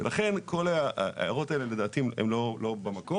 לכן כל ההערות האלה הן לדעתי לא במקום.